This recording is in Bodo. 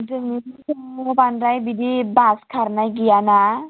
जोंनिथिं बांद्राय बिदि बास खारनाय गैयाना